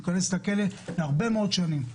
הוא ייכנס לכלא להרבה מאוד שנים.